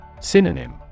Synonym